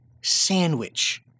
sandwich